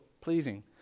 pleasing